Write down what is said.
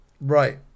Right